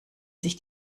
sich